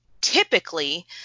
typically